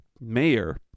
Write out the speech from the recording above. Mayor